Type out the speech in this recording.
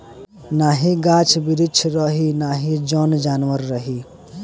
नाही गाछ बिरिछ रही नाही जन जानवर रही